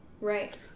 Right